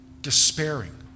despairing